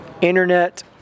internet